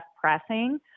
pressing